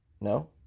No